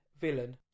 villain